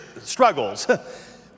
struggles